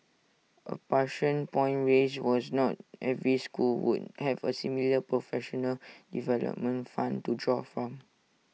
A pertinent point raised was not every school would have A similar professional development fund to draw from